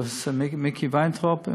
פרופסור מיקי וינטראוב,